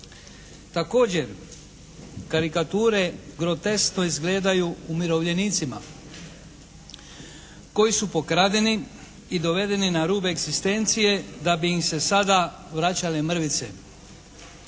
Također karikature groteskno izgledaju umirovljenicima koji su pokradeni i dovedeni na rub egzistencije da bi im se sada vraćale mrvice.